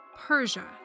Persia